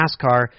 NASCAR